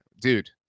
dude